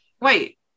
wait